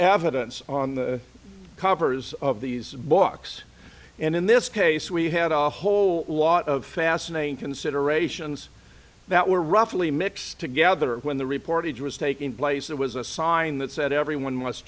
evidence on the covers of these books and in this case we had a whole lot of fascinating considerations that were roughly mixed together and when the reportage was taking place there was a sign that said everyone